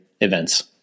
events